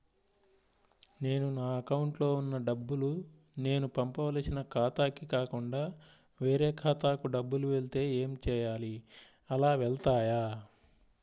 నేను నా అకౌంట్లో వున్న డబ్బులు నేను పంపవలసిన ఖాతాకి కాకుండా వేరే ఖాతాకు డబ్బులు వెళ్తే ఏంచేయాలి? అలా వెళ్తాయా?